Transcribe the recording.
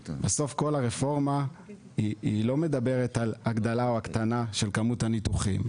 הרפורמה לא מדברת על הגדלה או הקטנה של כמות הניתוחים,